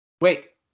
Wait